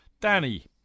Danny